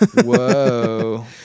Whoa